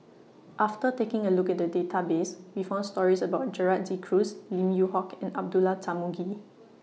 after taking A Look At The Database We found stories about Gerald De Cruz Lim Yew Hock and Abdullah Tarmugi